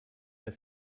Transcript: mehr